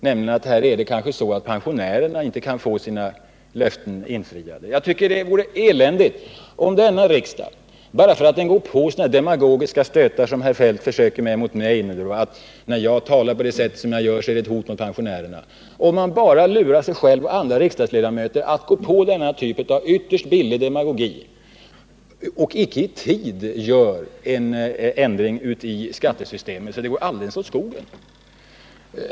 Jag tycker att det är ynkligt att detta skall behöva sägas, men det blir resultatet av en dålig politik. Herr Feldt försöker sätta in en demagogisk stöt mot mig då han säger att jag, när jag talar på det sätt som jag gör, är ett hot mot pensionärerna. Det vore eländigt om denna riksdag låter lura sig att gå på denna typ av ytterst billig demagogi och icke i tid ändrar skattesystemet så att det inte går alldeles åt skogen.